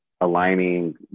aligning